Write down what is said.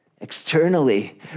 Externally